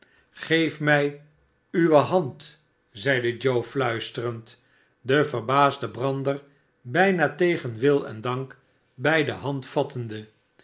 geef mij uwe hand zeide joe fluisterend den verbaasden brander bijna tegen wil en dank bij de